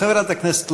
חברת הכנסת לביא.